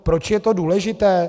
Proč je to důležité?